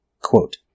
Quote